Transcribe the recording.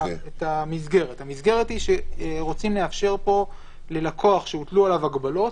המסגרת היא שרוצים לאפשר פה ללקוח שהוטלו עליו הגבלות,